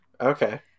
Okay